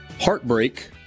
heartbreak